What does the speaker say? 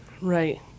Right